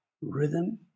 rhythm